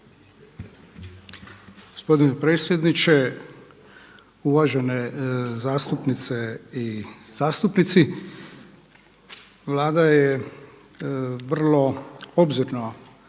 Gospodine predsjedniče, uvažene zastupnice i zastupnici. Vlada je vrlo obzirno